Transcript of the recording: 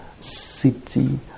city